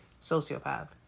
sociopath